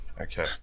Okay